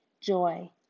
Joy